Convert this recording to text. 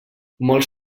molts